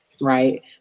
right